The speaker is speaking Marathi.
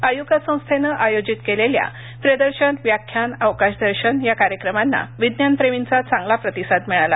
आयुका संस्थेनं आयोजित केलेल्या प्रदर्शन व्याख्यान अवकाश दर्शन या कार्यक्रमांना विज्ञानप्रेमींचा चांगला प्रतिसाद मिळाला